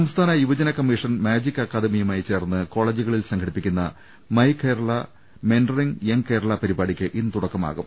സംസ്ഥാന യുവജന commission magic അക്കാദമിയുമായി ചേർന്ന് കോളജുകളിൽ സംഘടിപ്പിക്കുന്ന my Kerala mentoring young Kerala പരിപാടിക്ക് ഇന്ന് തുടക്കമാകും